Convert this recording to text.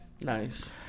nice